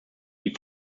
die